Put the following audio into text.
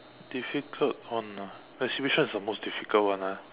difficult one ah I see which one is the most difficult one ah